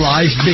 Life